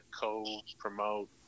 co-promote